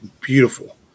beautiful